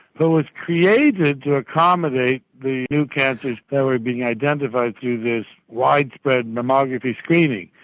so was created to accommodate the new cancers that were being identified through this widespread mammography screening.